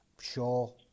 Sure